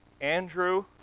Andrew